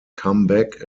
comeback